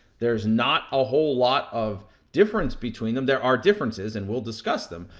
there's not a whole lot of difference between them. there are differences, and we'll discuss them,